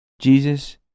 Jesus